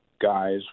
guys